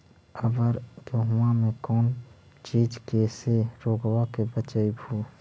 अबर गेहुमा मे कौन चीज के से रोग्बा के बचयभो?